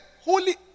holy